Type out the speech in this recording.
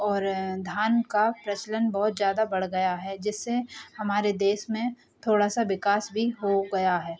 और धान का प्रचलन बहुत ज़्यादा बढ़ गया है जिससे हमारे देश में थोड़ा सा विकास भी हो गया है